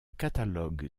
catalogue